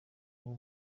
ubu